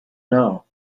know